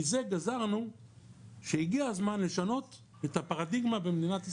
מזה גזרנו שהגיע הזמן לשנות את הפרדיגמה במדינת ישראל.